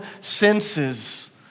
senses